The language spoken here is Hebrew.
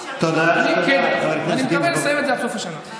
אני מקווה לסיים את זה עד סוף השנה.